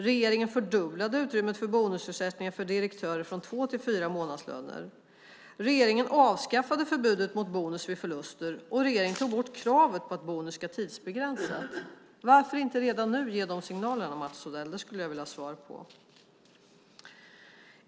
Regeringen fördubblade också utrymmet för bonusersättningar för direktörer från två till fyra månadslöner. Regeringen avskaffade förbudet mot bonus vid förluster och tog bort kravet på att bonus ska tidsbegränsas. Varför inte redan nu ge dessa signaler, Mats Odell? Det skulle jag vilja ha svar på.